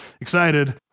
excited